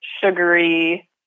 sugary